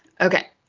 okay